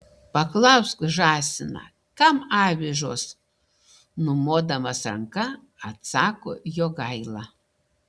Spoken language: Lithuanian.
paklausk žąsiną kam avižos numodamas ranka atsako jogaila